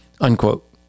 Unquote